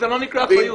זה לא נקרא אחריות.